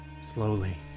Slowly